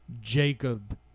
Jacob